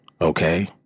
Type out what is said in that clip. okay